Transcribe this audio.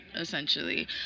essentially